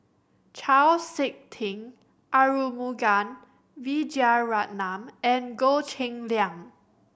Chau Sik Ting Arumugam Vijiaratnam and Goh Cheng Liang